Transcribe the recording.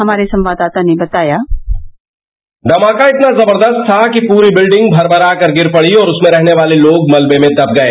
हमारे संवाददाता ने बताया धमाका इतना जबरदस्त था कि पूरी बिल्डिंग भरभरा कर गिर पडी और उसमें रहने वाले लोग मलबे में दब गए